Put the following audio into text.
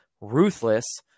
ruthless